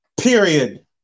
period